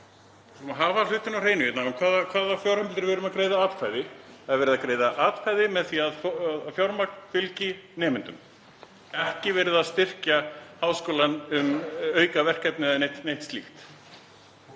skulum hafa hlutina á hreinu, um hvaða fjárheimildir við erum að greiða atkvæði. Það er verið að greiða atkvæði með því að fjármagn fylgi nemendum, ekki verið að styrkja háskólann um aukaverkefni eða neitt slíkt.